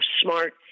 smart